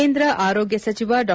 ಕೇಂದ್ರ ಆರೋಗ್ಯ ಸಚಿವ ಡಾ